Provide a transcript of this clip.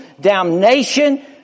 damnation